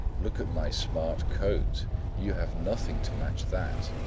look at my smart coat you have nothing to match that.